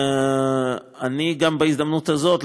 בהזדמנות הזאת,